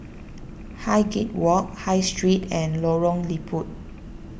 Highgate Walk High Street and Lorong Liput